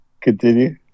continue